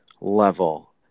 level